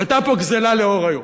היתה פה גזלה לאור יום.